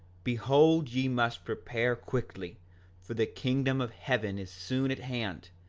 behold ye must prepare quickly for the kingdom of heaven is soon at hand,